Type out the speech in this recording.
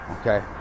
Okay